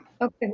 Okay